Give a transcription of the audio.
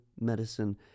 medicine